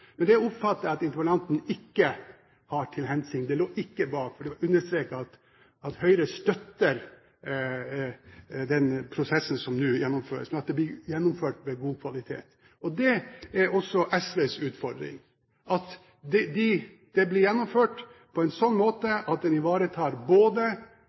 at interpellanten ikke har til hensikt, det lå ikke bak, for det ble understreket at Høyre støtter den prosessen som nå gjennomføres. Men det er viktig at den blir gjennomført med god kvalitet. Det er også SVs utfordring: at den blir gjennomført slik at den både ivaretar kvaliteten på pasientbehandlingen på en